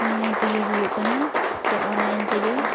online ᱛᱮᱜᱮ ᱦᱩᱭᱩᱜ ᱠᱟᱱᱟ ᱥᱮ ᱚᱱᱞᱟᱭᱤᱱ ᱛᱮᱜᱮ